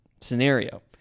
scenario